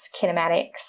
kinematics